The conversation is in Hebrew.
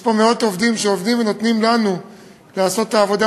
יש פה מאות עובדים שעובדים ונותנים לנו לעשות את העבודה,